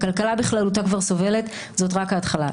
הכלכלה בכללותה כבר סובלת, וזאת רק ההתחלה.